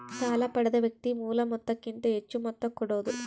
ಸಾಲ ಪಡೆದ ವ್ಯಕ್ತಿ ಮೂಲ ಮೊತ್ತಕ್ಕಿಂತ ಹೆಚ್ಹು ಮೊತ್ತ ಕೊಡೋದು